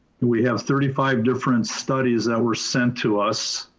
we have thirty five different studies that were sent to us,